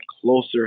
closer